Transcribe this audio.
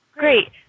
Great